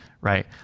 right